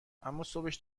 اماصبش